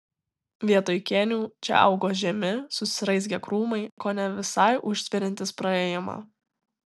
vietoj kėnių čia augo žemi susiraizgę krūmai kone visai užtveriantys praėjimą